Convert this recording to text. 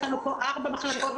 יש לנו פה ארבע מחלקות טיפוליות.